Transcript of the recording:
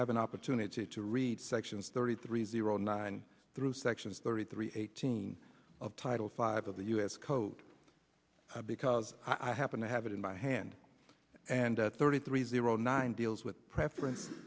have an opportunity to read section thirty three zero nine through section thirty three eighteen of title five of the u s code because i happen to have it in my hand and thirty three zero nine deals with preference